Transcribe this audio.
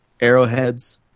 arrowheads